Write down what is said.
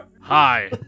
Hi